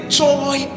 joy